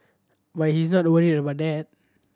but he's not worried about that